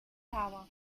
power